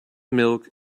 milk